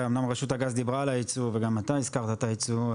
אומנם רשות הגז דיברה על הייצוא וגם אתה הזכרת את הייצוא,